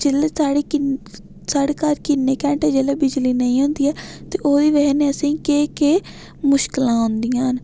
जिसलै साढ़े साढ़े घर किन्ने घैंटे जिसलै बिजली नेईं होंदी ऐ ते ओह्दी बजह् कन्नै असेंगी केह् केह् मुश्कलां आंदियां न